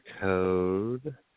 code